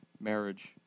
marriage